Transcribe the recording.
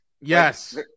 Yes